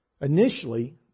initially